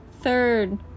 Third